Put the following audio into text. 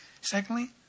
Secondly